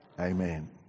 Amen